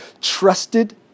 trusted